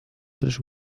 tres